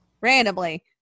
randomly